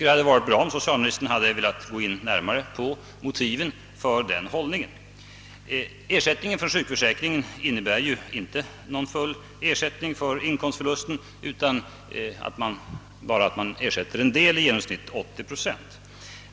Det hade varit bra om socialministern velat gå närmare in på motiven för den ståndpunkten. Ersättningen från sjukförsäkringen innebär ju inte full ersättning för inkomstförlusten utan blir bara i genomsnitt 80 procent.